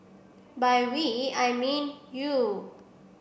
by we I mean you